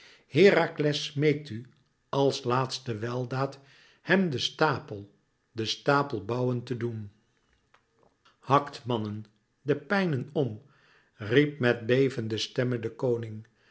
herakles smeekt u als laatste weldaad hem den stapel den stapel bouwen te doen hakt mannen de pijnen om riep met bevende stemme de koning